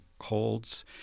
holds